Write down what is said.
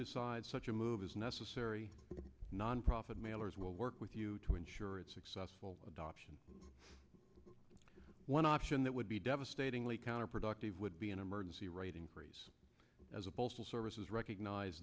decide such a move is necessary nonprofit mailers will work with you to ensure it's successful adoption one option that would be devastatingly counterproductive would be an emergency right increase as a postal services recognize